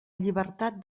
llibertat